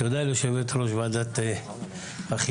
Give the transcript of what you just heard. תודה יושבת ראש ועדת החינוך,